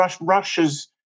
Russia's –